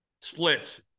splits